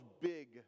big